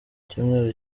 icyumweru